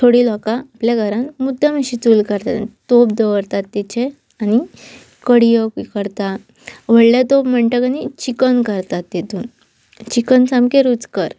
थोडीं लोकां आपल्या घरान मुद्दम मातशी चूल करतात तोप दवरतात तेचे आनी कडयो करता व्हडले तोप म्हणटाक न चिकन करतात तेतून चिकन सामकें रुचक